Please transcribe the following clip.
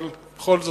אבל בכל זאת,